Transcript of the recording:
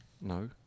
No